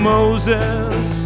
Moses